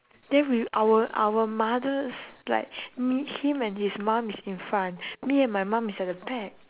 then with our our mothers like meet him and his mum is in front me and my mum is at the back